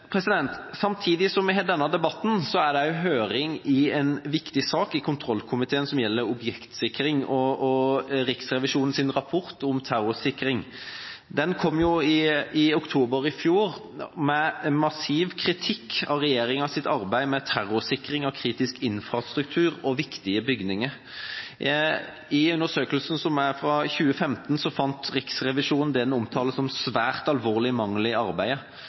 sammenhengen. Samtidig som vi har denne debatten, er det også høring i en viktig sak i kontrollkomiteen, som gjelder objektsikring og Riksrevisjonens rapport om terrorsikring. Den kom i oktober i fjor med massiv kritikk av regjeringas arbeid med terrorsikring av kritisk infrastruktur og viktige bygninger. I undersøkelsen, som er fra 2015, fant Riksrevisjonen det den omtaler som svært alvorlige mangler i arbeidet,